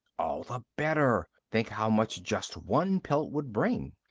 all the better. think how much just one pelt would bring.